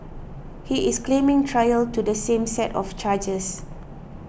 he is claiming trial to the same set of charges